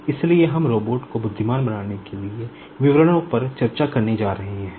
इसलिए हम रोबोट को बुद्धिमान बनाने के लिए विवरणों पर चर्चा करने जा रहे हैं